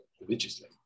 religiously